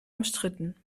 umstritten